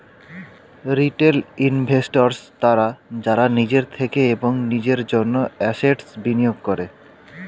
retail investors তারা যারা নিজের থেকে এবং নিজের জন্য অ্যাসেট্স্ বিনিয়োগ করে